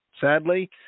sadly